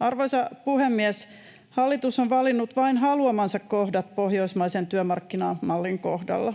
Arvoisa puhemies! Hallitus on valinnut vain haluamansa kohdat pohjoismaisen työmarkkinamallin kohdalla,